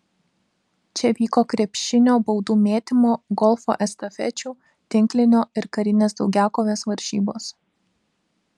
čia vyko krepšinio baudų mėtymo golfo estafečių tinklinio ir karinės daugiakovės varžybos